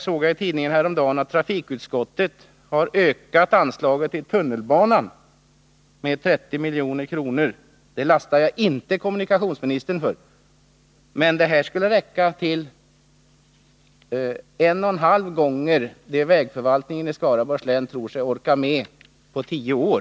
Jag såg i tidningen häromdagen att trafikutskottet har ökat anslaget till tunnelbanan med 30 milj.kr. Det lastar jag inte kommunikationsministern för. Men den summan skulle räcka till en och en halv gånger det vägförvaltningen i Skaraborgs län tror sig orka med på tio år.